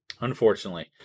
Unfortunately